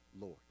Lord